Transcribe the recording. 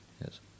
yes